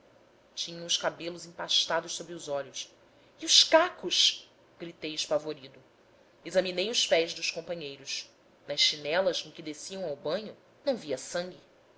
tinham os cabelos empastados sobre os olhos e os cacos gritei espavorido examinei os pés dos companheiros nas chinelas com que desciam ao banho não via sangue